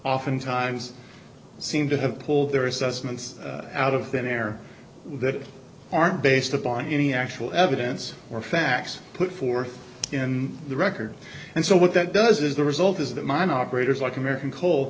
often times seem to have pulled their assessments out of thin air that aren't based upon any actual evidence or facts put forth in the record and so what that does is the result is that mine operators like american co